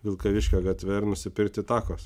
vilkaviškio gatve ir nusipirkti takos